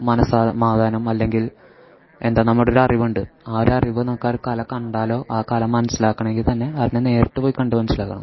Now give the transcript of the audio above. മനസ്സമാധാനം അല്ലെങ്കിൽ എന്താ നമ്മുടെയൊരു അറിവുണ്ട് ആ ഒരു അറിവ് നമുക്കൊരു കല കണ്ടാലോ ആ കല മനസ്സിലാക്കണമെങ്കിൽത്തന്നെ അതിനെ നേരിട്ട് പോയി കണ്ട് മനസ്സിലാക്കണം